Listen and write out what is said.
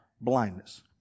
blindness